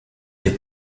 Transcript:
des